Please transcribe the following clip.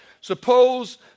suppose